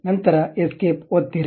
ನಂತರ ಎಸ್ಕೇಪ್ ಒತ್ತಿರಿ